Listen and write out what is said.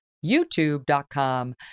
youtube.com